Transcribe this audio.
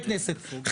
כנסת,